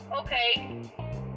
Okay